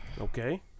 Okay